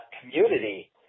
community